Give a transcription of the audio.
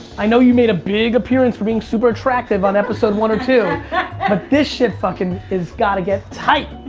i know you made a big appearance for being super attractive on episode one or two. and but this shit fucking has got to get tight.